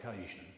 occasion